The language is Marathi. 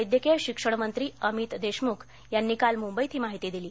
वैद्यकीय शिक्षण मंत्री अमित देशमुख यांनी काल मुंबईत ही माहिती दिली